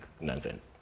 nonsense